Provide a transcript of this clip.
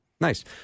Nice